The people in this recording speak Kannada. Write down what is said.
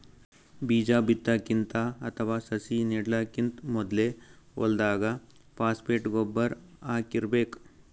ಬೀಜಾ ಬಿತ್ತಕ್ಕಿಂತ ಅಥವಾ ಸಸಿ ನೆಡಕ್ಕಿಂತ್ ಮೊದ್ಲೇ ಹೊಲ್ದಾಗ ಫಾಸ್ಫೇಟ್ ಗೊಬ್ಬರ್ ಹಾಕಿರ್ಬೇಕ್